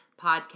podcast